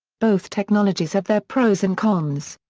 both technologies have their pros and cons.